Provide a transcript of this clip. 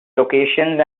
locations